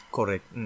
Correct